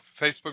Facebook